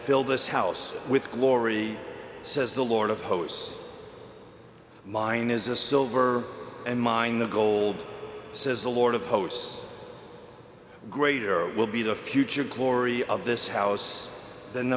fill this house with glory says the lord of hosts mine is a silver and mine the gold says the lord of hosts greater will be the future glory of this house than